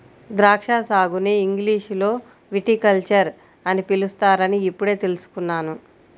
ద్రాక్షా సాగుని ఇంగ్లీషులో విటికల్చర్ అని పిలుస్తారని ఇప్పుడే తెల్సుకున్నాను